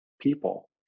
people